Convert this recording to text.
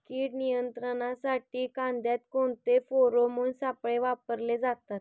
कीड नियंत्रणासाठी कांद्यात कोणते फेरोमोन सापळे वापरले जातात?